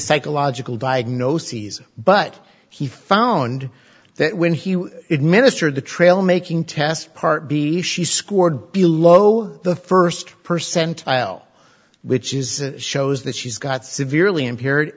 psychological diagnoses but he found that when he administered the trail making test part b she scored below the first percentile which is shows that she's got severely impaired